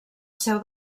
seu